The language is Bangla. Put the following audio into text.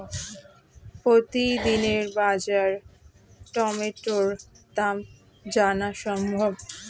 প্রতিদিনের বাজার টমেটোর দাম জানা সম্ভব?